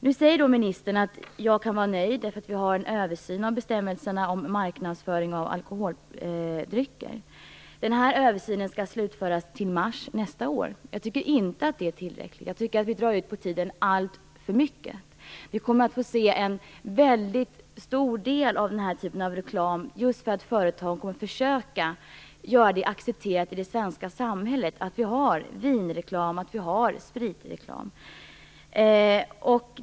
Ministern säger nu att jag kan vara nöjd, eftersom det pågår en översyn av bestämmelserna om marknadsföring av alkoholdrycker. Den här översynen skall slutföras till mars nästa år. Jag tycker inte att det är tillräckligt. Jag tycker att det drar ut på tiden alltför länge. Vi kommer att få se mycket av den här typen av reklam av den anledningen att företag kommer att försöka att göra det accepterat i det svenska samhället med vinreklam och spritreklam.